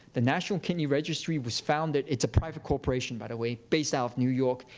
the national kidney registry was founded. it's a private corporation, by the way, based out of new york.